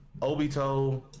Obito